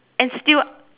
and still